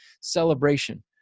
celebration